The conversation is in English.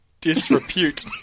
disrepute